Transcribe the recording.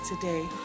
today